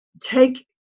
take